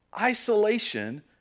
isolation